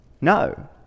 No